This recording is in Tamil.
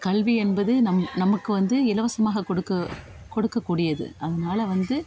கல்வி என்பது நம்ம நமக்கு வந்து இலவசமாக கொடுக்க கொடுக்கக்கூடியது அதனால் வந்து